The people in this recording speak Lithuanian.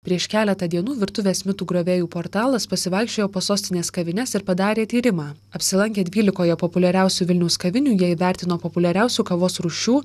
prieš keletą dienų virtuvės mitų griovėjų portalas pasivaikščiojo po sostinės kavines ir padarė tyrimą apsilankę dvylikoje populiariausių vilniaus kavinių jie įvertino populiariausių kavos rūšių